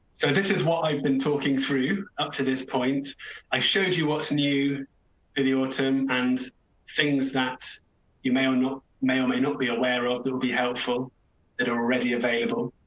this is what i've been talking for. you up to this point i showed you once knew video autumn and things that you may or ah not may or may not be aware of that will be helpful that are already available.